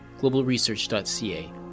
globalresearch.ca